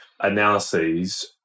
Analyses